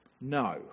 no